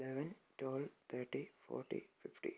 eleven twelve thirty forty fifty